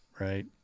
right